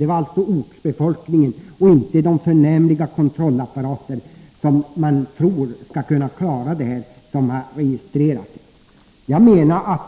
Det är alltså i båda fallen ortsbefolkningen och inte de förnämliga kontrollapparaterna man har och som man tror skall kunna klara det som gjort upptäckten. Jag menar att